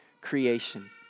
creation